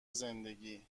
زندگی